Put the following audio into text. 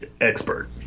expert